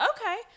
okay